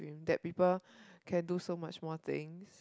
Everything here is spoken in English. that people can do so much more things